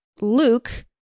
Luke